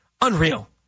unreal